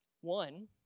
One